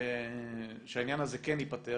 שהעניין הזה כן ייפתר.